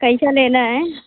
कैसा लेना है